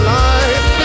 life